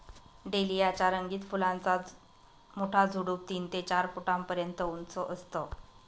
dahlia च्या रंगीत फुलांचा मोठा झुडूप तीन ते चार फुटापर्यंत उंच असतं